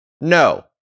No